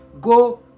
Go